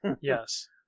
Yes